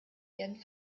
werden